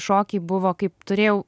šokiai buvo kaip turėjau